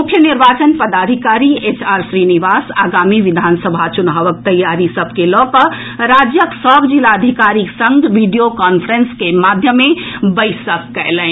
मुख्य निर्वाचन पदाधिकारी एच आर श्रीनिवास आगामी विधान सभा चुनावक तैयारी सभ के लऽ कऽ राज्य सभ जिलाधिकारीक संग वीडियो कांफ्रेंस के माध्यमे बैसक कएलनि